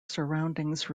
surroundings